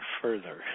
further